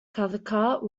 cathcart